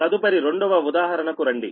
తదుపరి రెండవ ఉదాహరణ కు రండి